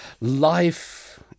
Life